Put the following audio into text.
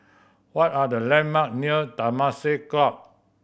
what are the landmark near Temasek Club